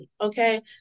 okay